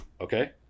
Okay